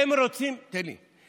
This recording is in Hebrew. אתה מודע, תן לי.